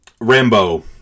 Rambo